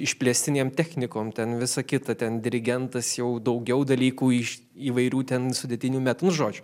išplėstinėm technikom ten visą kitą ten dirigentas jau daugiau dalykų iš įvairių ten sudėtinių met nu žodžiu